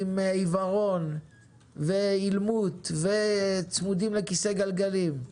עם עיוורון ואילמות וצמודים לכיסא גלגלים,